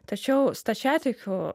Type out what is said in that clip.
tačiau stačiatikių